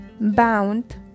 bound